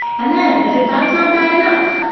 and then as if that's not bad enough,